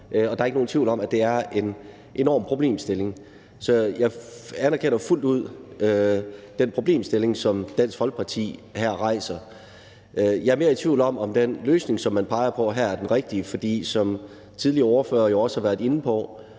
og der er ikke nogen tvivl om, at det er en enorm problemstilling. Så jeg anerkender fuldt ud den problemstilling, som Dansk Folkeparti her rejser. Jeg er mere i tvivl om, om den løsning, som man peger på her, er den rigtige. For som tidligere ordførere jo også har været inde på,